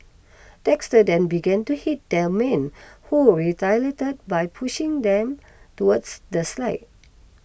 Dexter then began to hit the man who retaliated by pushing them towards the slide